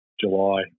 July